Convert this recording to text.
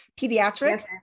Pediatric